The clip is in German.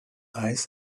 eis